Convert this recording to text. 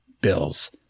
Bills